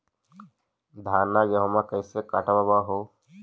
धाना, गेहुमा कैसे कटबा हू?